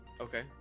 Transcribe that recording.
Okay